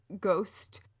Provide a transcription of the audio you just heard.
ghost